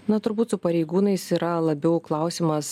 na turbūt su pareigūnais yra labiau klausimas